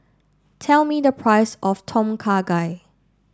tell me the price of Tom Kha Gai